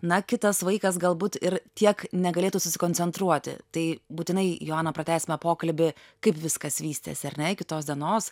na kitas vaikas galbūt ir tiek negalėtų susikoncentruoti tai būtinai joana pratęsime pokalbį kaip viskas vystėsi ar ne iki tos dienos